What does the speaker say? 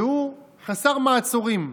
והוא חסר מעצורים.